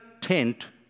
tent